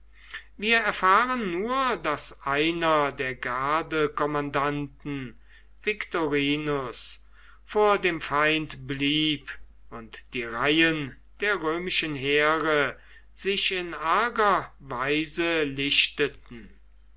wir erfahren nur daß einer der gardekommandanten victorinus vor dem feind blieb und die reihen der römischen heere sich in arger weise lichteten